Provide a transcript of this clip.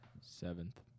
Seventh